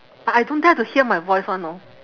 but I don't dare to hear my voice [one] know